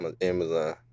Amazon